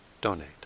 donate